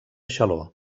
xaló